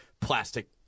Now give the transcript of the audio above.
plastic